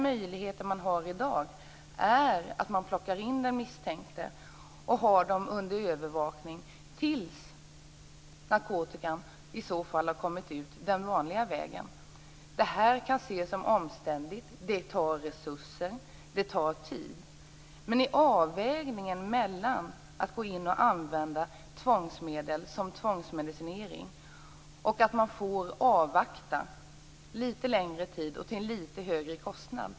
Möjligheten man har i dag är att man plockar in den misstänkte och håller honom eller henne under övervakning till dess att narkotikan, om det finns någon, har kommit ut den vanliga vägen. Detta kan ses som omständligt. Det kräver resurser och det kräver tid. Det blir en avvägning mellan att gå in och använda tvångsmedel som tvångsmedicinering och att avvakta litet längre tid och få en litet högre kostnad.